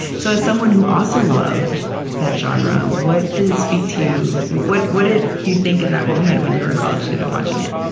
so as someone who also loved that genre, what did it speak to you what what did you think in that moment, when you were a college student watching it?